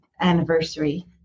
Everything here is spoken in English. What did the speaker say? anniversary